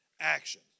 action